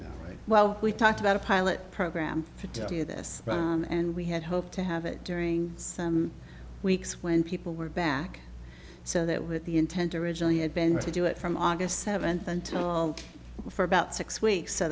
now well we talked about a pilot program to do this and we had hoped to have it during some weeks when people were back so that with the intent originally had been to do it from august seventh until for about six weeks so